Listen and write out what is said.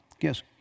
Yes